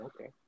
Okay